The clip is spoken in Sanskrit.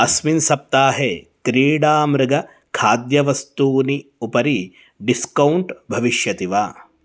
अस्मिन् सप्ताहे क्रीडामृगखाद्यवस्तूनि उपरि डिस्कौण्ट् भविष्यति वा